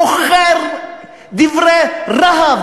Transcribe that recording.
מוכר דברי רהב,